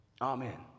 amen